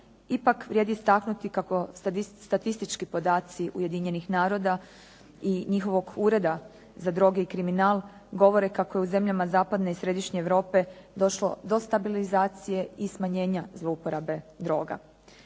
Ipak, vrijedi istaknuti kako statistički podaci Ujedinjenih naroda i njihovog ureda za droge i kriminal govore kako je u zemljama zapadne i središnje Europe došlo do stabilizacije i smanjenja zlouporabe droga.